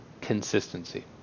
Consistency